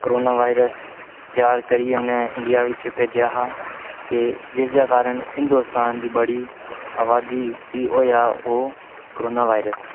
corona virus त्यार करियै उ'नें इंडिया बिच भेजेआ हा जिस दे कारण हिदुंस्तान दी बड़ी अबादी गी होआ ओह् कोरोना बाइयस